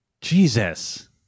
Jesus